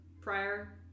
prior